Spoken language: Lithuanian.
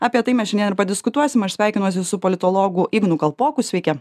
apie tai mes aš nie ar padiskutuosim aš sveikinuosi su politologu ignu kalpoku sveiki